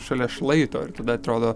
šalia šlaito ir tada atrodo